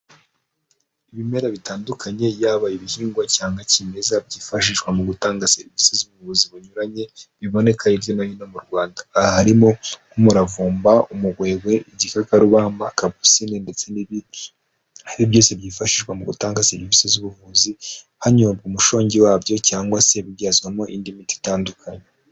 Ibimera bitandukanye yaba ibihingwa cyangwa kimeza byifashishwa mu gutanga serivisi z'ubuvuzi bunyuranye, biboneka hirya no hino mu Rwanda, aha harimo nk'umuravumba, umugwegwe, igikakarubamba, kapusine ndetse n'ibindi, aho byose byifashishwa mu gutanga serivisi z'ubuvuzi, hanyobwa umushongi wabyo cyangwa se bibyazwamo indi miti itandukanye.